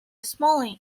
small